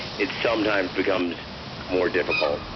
it sometimes becomes more difficult.